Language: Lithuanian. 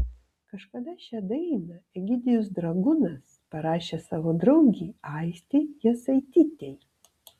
kažkada šią dainą egidijus dragūnas parašė savo draugei aistei jasaitytei